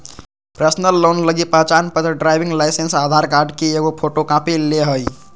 personal loan लगी पहचानपत्र, driving licence, Aadhaar card की एगो फोटोकॉपी ले हइ